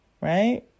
right